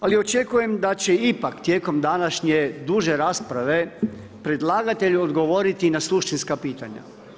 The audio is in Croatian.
Ali očekujem da će ipak tijekom današnje duže rasprave predlagatelj odgovoriti i na suštinska pitanja.